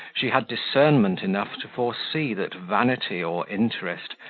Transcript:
she had discernment enough to foresee that vanity or interest,